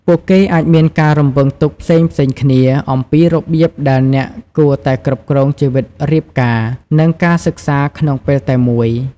ពួកគេអាចមានការរំពឹងទុកផ្សេងៗគ្នាអំពីរបៀបដែលអ្នកគួរតែគ្រប់គ្រងជីវិតរៀបការ និងការសិក្សាក្នុងពេលតែមួយ។